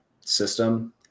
system